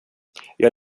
jag